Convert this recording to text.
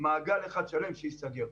מעגל אחד שלם שייסגר.